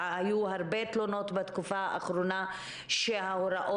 היו הרבה תלונות בתקופה האחרונה שההוראות